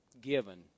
given